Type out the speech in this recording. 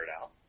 out